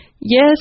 Yes